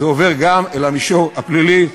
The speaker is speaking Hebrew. זה עובר גם אל המישור הפלילי,